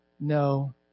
no